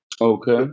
Okay